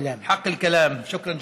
בוא נדבר קצת.) (אומר בערבית: זכות הדיבור.)